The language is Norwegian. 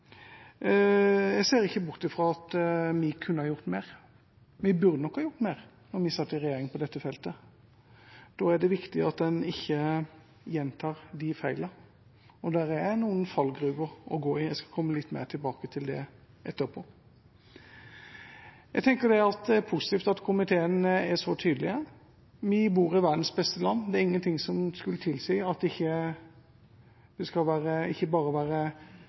Jeg ser ikke bort fra at vi kunne ha gjort mer. Vi burde nok ha gjort mer på dette feltet da vi satt i regjering. Da er det viktig at en ikke gjentar de feilene, og det er noen fallgruver å gå i. Jeg skal komme litt mer tilbake til det etterpå. Jeg tenker at det er positivt at komiteen er så tydelig. Vi bor i verdens beste land – det er ingenting som skulle tilsi at det bare skal være verdens beste land å leve i, det bør også være